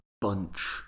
bunch